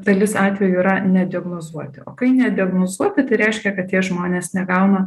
dalis atvejų yra nediagnozuoti o kai nediagnozuoti tai reiškia kad tie žmonės negauna